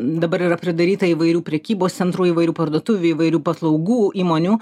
dabar yra pridaryta įvairių prekybos centrų įvairių parduotuvių įvairių paslaugų įmonių